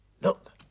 Look